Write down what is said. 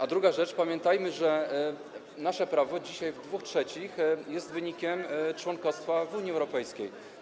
A druga rzecz, pamiętajmy, że nasze prawo dzisiaj w 2/3 jest wynikiem członkostwa w Unii Europejskiej.